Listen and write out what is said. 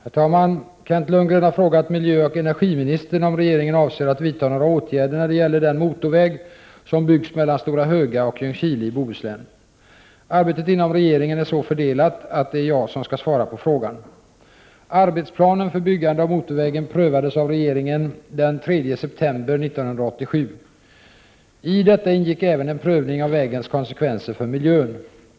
Herr talman! Kent Lundgren har frågat miljöoch energiministern om regeringen avser att vidta några åtgärder när det gäller den motorväg som byggs mellan Stora Höga och Ljungskile i Bohuslän. Arbetet inom regeringen är så fördelat att det är jag som skall svara på frågan. Arbetsplanen för byggande av motorvägen prövades av regeringen den 3 september 1987. I detta ingick även en prövning av vägens konsekvenser för miljön.